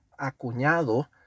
acuñado